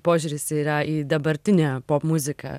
požiūris yra į dabartinę popmuziką